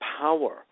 power